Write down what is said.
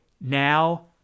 Now